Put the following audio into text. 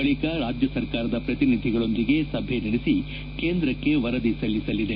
ಬಳಿಕ ರಾಜ್ಯ ಸರ್ಕಾರದ ಪ್ರತಿನಿಧಿಗಳೊಂದಿಗೆ ಸಭೆ ನಡೆಸಿ ಕೇಂದ್ರಕ್ಷೆ ವರದಿ ಸಲ್ಲಿಸಲಿದೆ